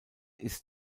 ist